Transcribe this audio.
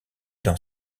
dans